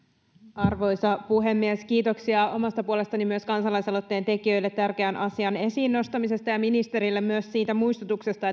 arvoisa puhemies kiitoksia myös omasta puolestani kansalaisaloitteen tekijöille tärkeän asian esiin nostamisesta ja myös ministerille siitä muistutuksesta